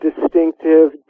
distinctive